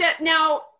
now